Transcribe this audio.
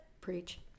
Preach